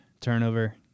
turnover